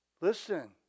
Listen